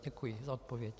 Děkuji za odpověď.